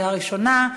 קריאה ראשונה.